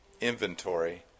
inventory